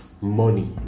money